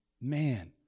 man